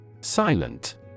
Silent